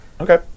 okay